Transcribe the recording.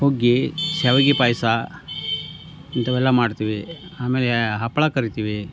ಹುಗ್ಗಿ ಶಾವ್ಗೆ ಪಾಯಸ ಇಂಥವೆಲ್ಲ ಮಾಡ್ತೀವಿ ಆಮೇಲೆ ಹಪ್ಪಳ ಕರೀತೀವಿ